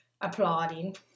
applauding